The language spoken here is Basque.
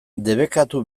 debekatu